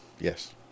Yes